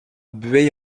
bueil